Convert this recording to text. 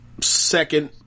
second